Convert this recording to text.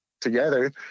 together